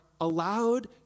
allowed